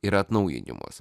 ir atnaujinimus